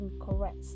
incorrect